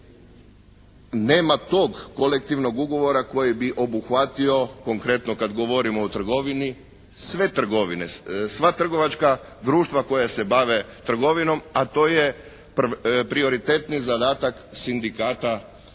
nema tog kolektivnog ugovora koji bi obuhvatio konkretno kad govorimo o trgovini sve trgovine, sva trgovačka društva koja se bave trgovinom. A to je prioritetni zadatak Sindikata trgovine